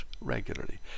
regularly